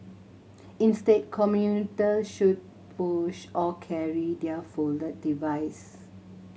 instead commuter should push or carry their folded device